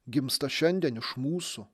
gimsta šiandien iš mūsų